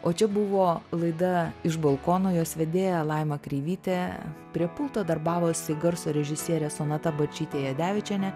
o čia buvo laida iš balkono jos vedėja laima kreivytė prie pulto darbavosi garso režisierė sonata bačytė jadevičienė